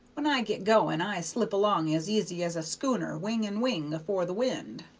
when i get going i slip along as easy as a schooner wing-and-wing afore the wind.